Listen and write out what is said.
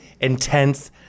intense